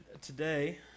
today